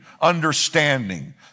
understanding